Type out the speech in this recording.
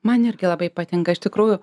man irgi labai patinka iš tikrųjų